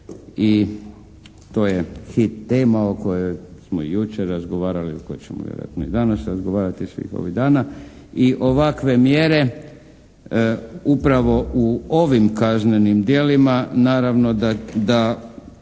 i to je hit tema o kojoj smo i jučer razgovarali, o kojoj ćemo vjerojatno i danas razgovarati, svih ovih dana, i ovakve mjere upravo u ovim kaznenim djelima, naravno da